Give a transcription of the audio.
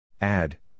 Add